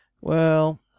Well